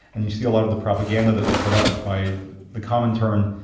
and you seal of the propaganda that was put out by the comintern,